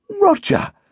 Roger